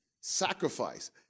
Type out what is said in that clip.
Sacrifice